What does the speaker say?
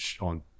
on